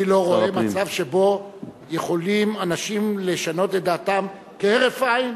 אני לא רואה מצב שבו אנשים יכולים לשנות את דעתם כהרף עין.